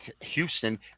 Houston